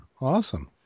awesome